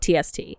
TST